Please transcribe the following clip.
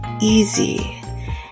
easy